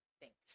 thanks